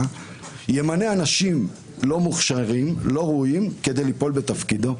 ימנה אנשים לא מוכשרים ולא ראויים כדי ליפול בתפקידו?